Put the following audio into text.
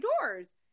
doors